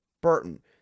Burton